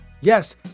Yes